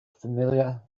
familiar